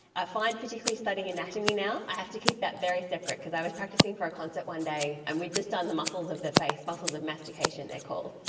i find particularly studying anatomy now i have to keep that very separate because i was practising for a concert one day and we had just done the muscles of the face, muscles of mastication they're called.